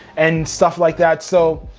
and stuff like that. so,